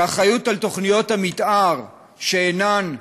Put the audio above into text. שהאחריות לתוכניות המתאר, שאינן,